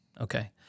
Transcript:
Okay